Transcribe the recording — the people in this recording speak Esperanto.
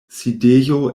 sidejo